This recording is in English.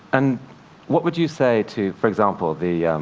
and what would you say to, for example, the,